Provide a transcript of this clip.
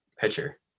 pitcher